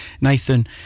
Nathan